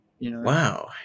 Wow